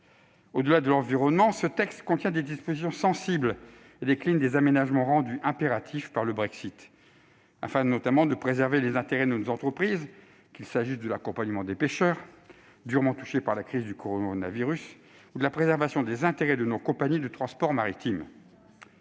Au-delà de l'environnement, le texte contient des dispositions sensibles et décline des aménagements rendus impératifs par le Brexit, afin notamment de préserver les intérêts de nos entreprises, qu'il s'agisse de l'accompagnement des pêcheurs, durement touchés par la crise du coronavirus, ou de la préservation des intérêts de nos compagnies de transport maritime.